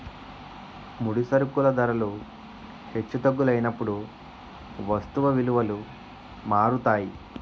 ముడి సరుకుల ధరలు హెచ్చు తగ్గులైనప్పుడు వస్తువు విలువలు మారుతాయి